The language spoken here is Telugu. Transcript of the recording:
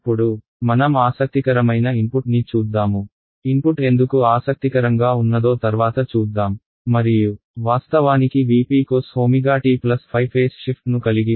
ఇప్పుడు మనం ఆసక్తికరమైన ఇన్పుట్ ని చూద్దాముఇన్పుట్ ఎందుకు ఆసక్తికరంగా ఉన్నదో తర్వాత చూద్దాం మరియు వాస్తవానికి V p cos ω t ϕ phase shift ను కలిగి ఉన్నాము